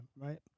right